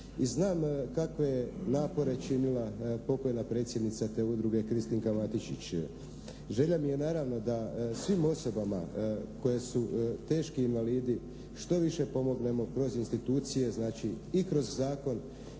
i znam kakve je napore činila pokojna predsjednica te udruge, Kristinka Matešić. Želja mi je naravno da svim osobama koje su teški invalidi što više pomognemo kroz institucije, znači, i kroz zakon